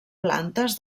plantes